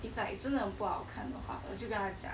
if like 真的很不好看的话我就跟他讲